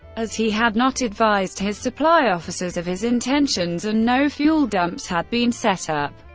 as he had not advised his supply officers of his intentions, and no fuel dumps had been set up.